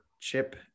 Chip